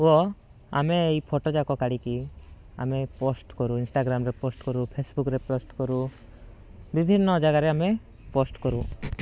ଆମେ ଏଇ ଫଟୋ ଯାକ କାଢ଼ିକି ଆମେ ପୋଷ୍ଟ କରୁ ଇନଷ୍ଟାଗ୍ରାମରେ ପୋଷ୍ଟ କରୁ ଫେସବୁକ୍ରେ ପୋଷ୍ଟ କରୁ ବିଭିନ୍ନ ଜାଗାରେ ଆମେ ପୋଷ୍ଟ କରୁ